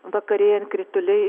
vakarėjant krituliai